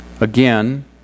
again